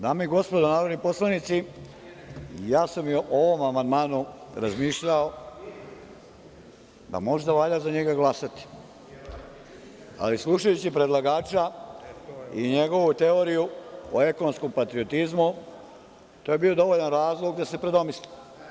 Dame i gospodo narodni poslanici, ja sam i o ovom amandmanu razmišljao da možda valja za njega glasati, ali slušajući predlagača i njegovu teoriju o ekonomskom patriotizmu, to je bio dovoljan razlog da se predomislim.